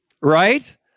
Right